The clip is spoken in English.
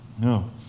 No